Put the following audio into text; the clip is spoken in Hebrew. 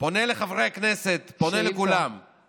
פונה לחברי הכנסת, פונה לכולם, שאילתה.